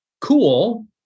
Cool